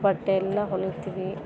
ಬಟ್ಟೆಯೆಲ್ಲ ಹೊಲಿತೀವಿ